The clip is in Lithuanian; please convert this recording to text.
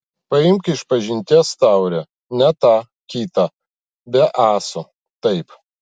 paimk išpažinties taurę ne tą kitą be ąsų taip